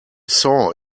saw